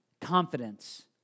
confidence